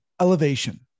elevation